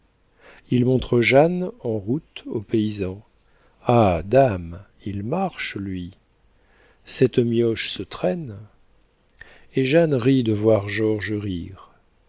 il montre jeanne en route aux paysans ah dame il marche lui cette mioche se traîne et jeanne rit de voir georges rire